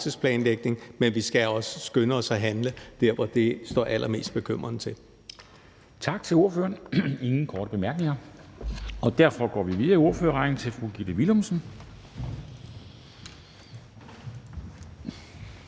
men vi skal også skynde os at handle der, hvor det står allermest bekymrende til.